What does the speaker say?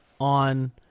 on